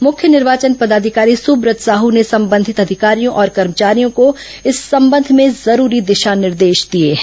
मुख्य निर्वाचन पदाधिकारी सुब्रत साह ने संबंधित अधिकारियों और कर्मचारियों को इस संबंध में जरूरी दिशा निर्देश दिए हैं